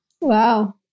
Wow